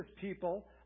people